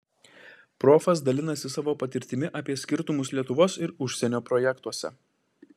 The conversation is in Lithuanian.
profas dalinasi savo patirtimi apie skirtumus lietuvos ir užsienio projektuose